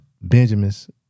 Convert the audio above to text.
Benjamin's